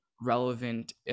relevant